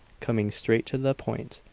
coming straight to the point,